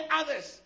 others